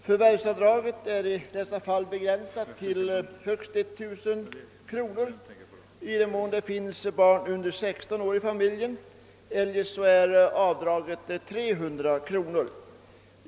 Förvärvsavdraget är i dessa fall begränsat till 1000 kronor i den mån det finns barn under 16 år i familjen; eljest är avdraget 300 kronor.